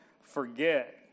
forget